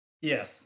Yes